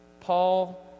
Paul